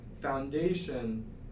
foundation